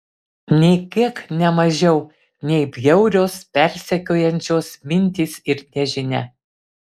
nė kiek ne mažiau nei bjaurios persekiojančios mintys ir nežinia